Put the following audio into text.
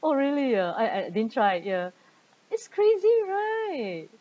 oh really ah I I didn't try ya it's crazy right